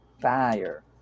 fire